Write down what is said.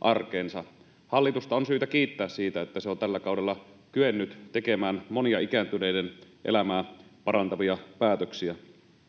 arkeensa. Hallitusta on syytä kiittää siitä, että se on tällä kaudella kyennyt tekemään monia ikääntyneiden elämää parantavia päätöksiä.